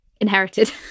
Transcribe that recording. inherited